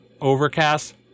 Overcast